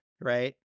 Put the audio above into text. right